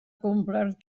complert